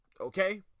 Okay